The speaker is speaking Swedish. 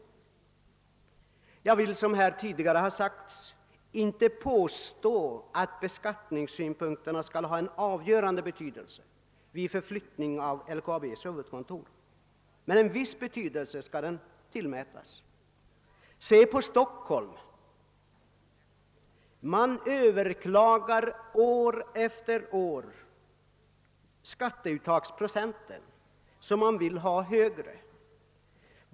Jag vill, som här tidigare har sagts, inte påstå, att beskattningssynpunkterna skall ha en avgörande betydelse för förflyttning av LKAB:s huvudkontor, men en viss betydelse skall de tillmätas. Se på Stockholm! Man överklagar år efter år skatteuttagsprocenten, som man vill ha högre.